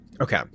Okay